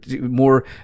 more